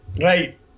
Right